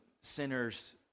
sinners